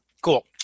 cool